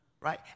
right